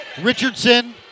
Richardson